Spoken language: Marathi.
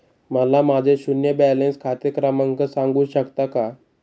मला माझे शून्य बॅलन्स खाते क्रमांक सांगू शकता का?